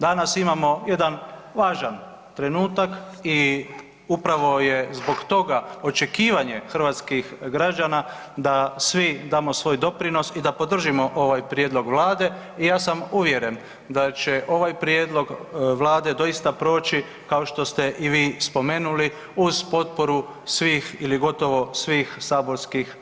Danas imamo jedan važan trenutak i upravo je zbog toga očekivanje hrvatskih građana da svi damo svoj doprinos i da podržimo ovaj prijedlog Vlade i ja sam uvjeren da će ovaj prijedlog Vlade doista proći kao što ste i vi spomenuli uz potporu svih ili gotovo svih saborskih